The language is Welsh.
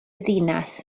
ddinas